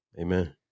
Amen